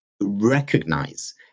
recognize